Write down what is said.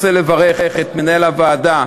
אני רוצה לברך את מנהל הוועדה,